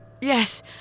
Yes